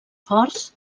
forts